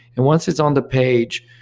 and once it's on the page,